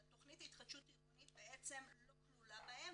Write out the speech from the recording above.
שהתכנית להתחדשות עירונית לא כלולה בהן,